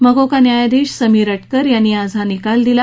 मकोका न्यायाधीश समीर अटकर यांनी आज हा निकाल दिला